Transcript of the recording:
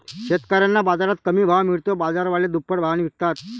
शेतकऱ्यांना बाजारात कमी भाव मिळतो, बाजारवाले दुप्पट भावाने विकतात